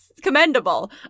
commendable